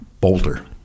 Bolter